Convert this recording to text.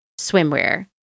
swimwear